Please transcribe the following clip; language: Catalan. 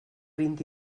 vint